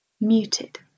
Muted